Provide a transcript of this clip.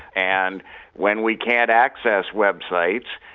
and when we can't access websites,